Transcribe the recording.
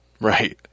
right